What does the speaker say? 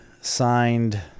signed